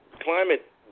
climate